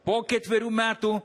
po ketverių metų